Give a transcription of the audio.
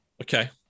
Okay